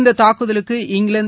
இந்தத் தாக்குதலுக்கு இங்கிலாந்து